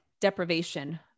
deprivation